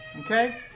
okay